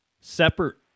separate